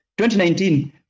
2019